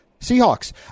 Seahawks